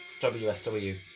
WSW